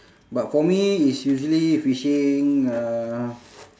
but for me it's usually fishing uh